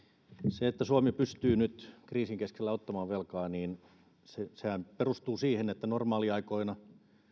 se että suomi pystyy nyt kriisin keskellä ottamaan velkaa perustuu siihen että normaaliaikoina